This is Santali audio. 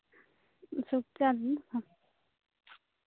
ᱥᱩᱠᱪᱟᱸᱫ